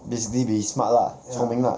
basically be smart lah 聪明 lah